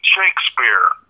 Shakespeare